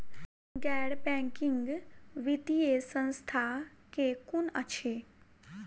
गैर बैंकिंग वित्तीय संस्था केँ कुन अछि?